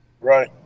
Right